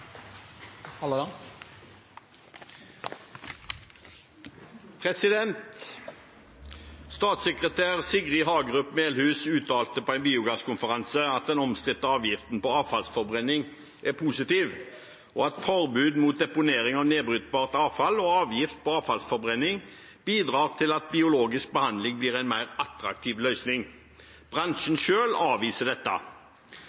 Sigrid Hagerup Melhuus uttalte på biogasskonferansen at den omstridte avgiften på avfallsforbrenning er positiv, og at forbud mot deponering av nedbrytbart avfall og avgift på avfallsforbrenning bidrar til at biologisk behandling blir en mer attraktiv løsning.